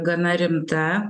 gana rimta